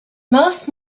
most